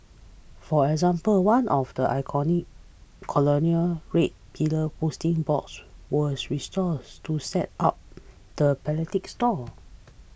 for example one of the iconic colonial red pillar posting boxes was restores to set up the philatelic stone